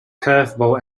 curveball